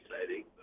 exciting